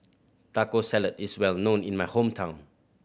Taco Salad is well known in my hometown